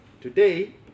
Today